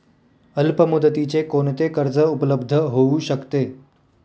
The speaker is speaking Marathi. अल्पमुदतीचे कोणते कर्ज उपलब्ध होऊ शकते?